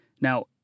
Now